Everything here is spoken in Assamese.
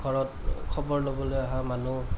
ঘৰত খবৰ ল'বলৈ অহা মানুহ